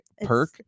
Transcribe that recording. perk